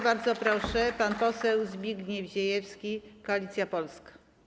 Bardzo proszę, pan poseł Zbigniew Ziejewski, Koalicja Polska.